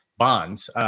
bonds